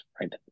right